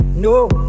No